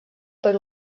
per